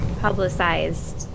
publicized